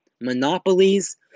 monopolies